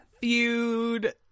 feud